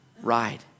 ride